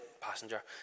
Passenger